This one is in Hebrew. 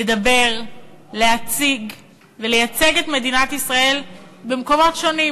לדבר, להציג ולייצג את מדינת ישראל במקומות שונים,